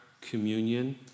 communion